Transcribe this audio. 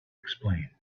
explained